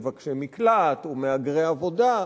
"מבקשי מקלט" או "מהגרי עבודה".